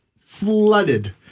flooded